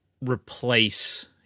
replace